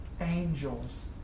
angels